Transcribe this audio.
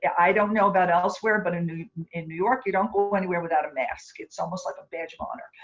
yeah i don't know about elsewhere but i knew in new york you don't go anywhere without a mask. it's almost like a badge of honor.